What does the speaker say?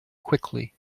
quickly